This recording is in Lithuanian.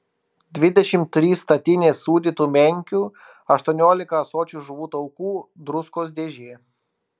dvidešimt trys statinės sūdytų menkių aštuoniolika ąsočių žuvų taukų druskos dėžė